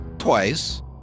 Twice